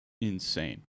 insane